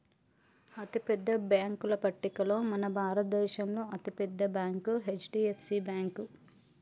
అతిపెద్ద బ్యేంకుల పట్టికలో మన భారతదేశంలో అతి పెద్ద బ్యాంక్ హెచ్.డి.ఎఫ్.సి బ్యేంకు